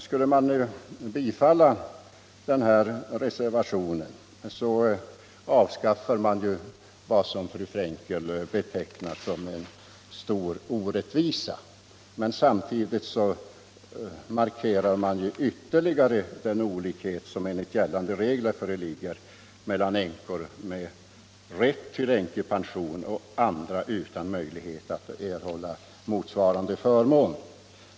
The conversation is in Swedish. Skulle man bifalla reservationen, avskaffar man vad fru Frenkel betecknar som en stor orättvisa, men samtidigt markerar man ju ytterligare den olikhet som enligt gällande regler föreligger mellan änkor med rätt till änkepension och andra utan möjlighet att erhålla motsvarande förmån.